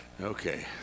Okay